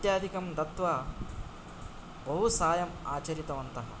इत्यादिकं दत्वा बहुसाहाय्यम् आचरितवन्तः